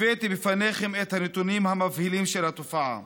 הבאתי בפניכם את הנתונים המבהילים של התופעה,